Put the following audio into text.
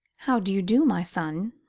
how do you do, my son?